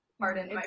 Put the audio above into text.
pardon